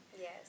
yes